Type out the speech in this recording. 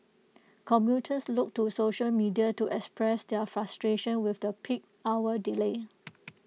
commuters took to social media to express their frustration with the peak hour delay